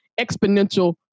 exponential